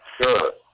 Sure